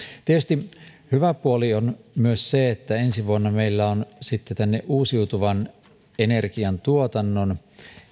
tietysti hyvä puoli on myös se että ensi vuonna meillä on sitten tänne uusiutuvan energian tuotannon